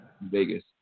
Vegas